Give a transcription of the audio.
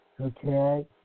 Okay